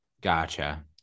Gotcha